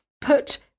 put